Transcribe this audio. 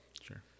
sure